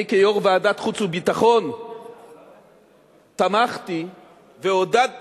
אני כיושב-ראש ועדת החוץ והביטחון תמכתי ועודדתי,